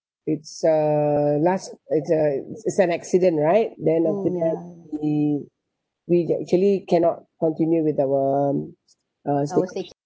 it's uh last it's a it's an accident right then after that we we actually cannot continue with our um uh staycation